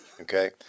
Okay